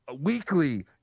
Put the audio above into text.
weekly